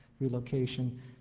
relocation